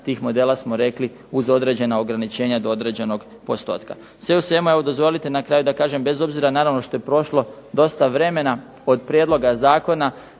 tih modela smo rekli uz određena ograničenja do određenog postotka. Sve u svemu evo dozvolite na kraju da kažem bez obzira naravno što je prošlo dosta vremena od prijedloga zakona,